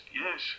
yes